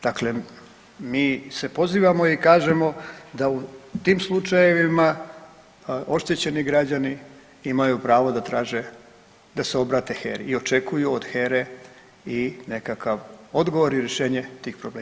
Dakle, mi se pozivamo i kažemo da u tim slučajevima oštećeni građani imaju pravo da traže, da se obrate HERA-i i očekuju od HERA-e i nekakav odgovor i rješenje tih problema.